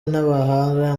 n’abahanga